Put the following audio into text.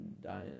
Dying